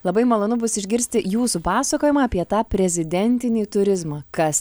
labai malonu bus išgirsti jūsų pasakojimą apie tą prezidentinį turizmą kas